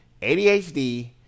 ADHD